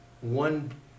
one